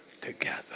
together